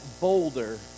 boulder